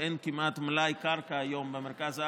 אין כמעט מלאי קרקע היום במרכז הארץ.